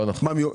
לא נכון.